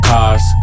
Cars